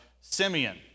Simeon